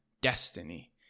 destiny